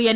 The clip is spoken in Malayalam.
എൻ